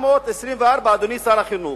ב-1924, אדוני שר החינוך,